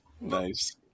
Nice